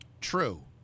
true